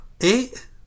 eight